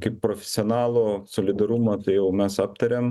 kaip profesionalų solidarumo tai jau mes aptarėm